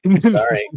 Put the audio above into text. Sorry